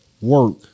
work